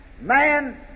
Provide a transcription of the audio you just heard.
man